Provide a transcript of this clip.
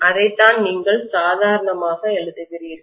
அதைத்தான் நீங்கள் சாதாரணமாக எழுதுகிறீர்கள்